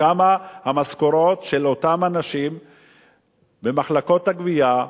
כמה המשכורות של אותם אנשים במחלקות הגבייה,